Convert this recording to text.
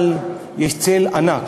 אבל יש צל ענק,